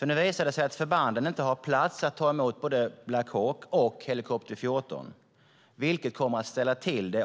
Nu visar det sig att förbanden inte har plats att ta emot både Black Hawk och helikopter 14, vilket kommer att ställa till